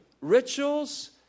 Rituals